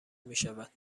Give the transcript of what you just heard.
میشود